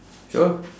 sure